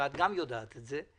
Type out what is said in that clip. את גם יודעת את זה,